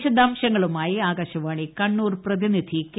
വിശദാംശങ്ങളു മായി ആകാശവാണി കണ്ണൂർ പ്രതിനിധി കെ